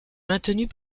maintenus